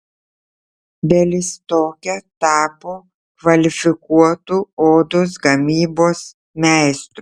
bialystoke tapo kvalifikuotu odos gamybos meistru